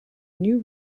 new